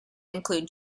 include